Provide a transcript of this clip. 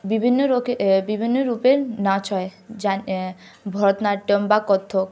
বিভিন্ন রোকে বিভিন্ন রূপের নাচ হয় যা ভরতনাট্যম বা কত্থক